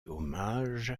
hommage